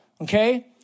Okay